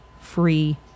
free